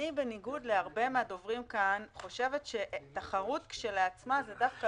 בניגוד לרבים מהדוברים כאן אני חושבת שתחרות כשלעצמה היא דווקא